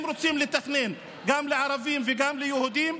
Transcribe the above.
אם רוצים לתכנן גם לערבים וגם ליהודים,